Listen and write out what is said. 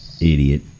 Idiot